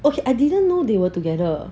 okay I didn't know they were together